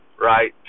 right